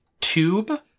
tube